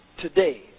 today